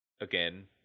again